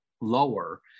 lower